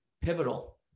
pivotal